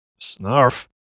snarf